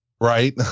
Right